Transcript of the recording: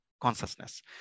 consciousness